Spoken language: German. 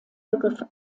begriff